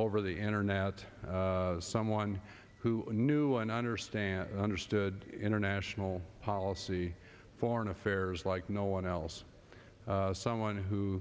over the internet someone who knew and understand understood international policy foreign affairs like no one else someone who